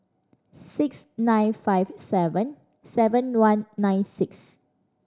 six nine five seven seven one nine six